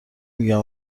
میگم